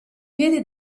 piedi